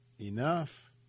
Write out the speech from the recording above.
enough